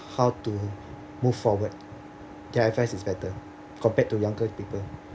how to move forward their advice is better compared to younger people